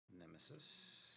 Nemesis